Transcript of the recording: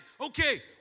Okay